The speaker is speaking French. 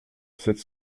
sept